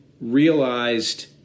realized